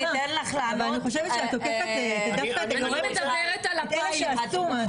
אני מדברת על הפיילוט.